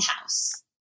house